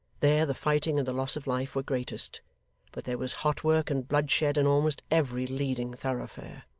there the fighting and the loss of life were greatest but there was hot work and bloodshed in almost every leading thoroughfare.